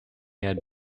had